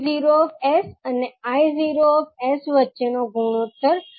𝑉𝑜𝑠 અને 𝐼𝑜𝑠 વચ્ચેનો ગુણોત્તર 𝑉𝑜𝑠𝐼𝑜𝑠